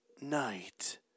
night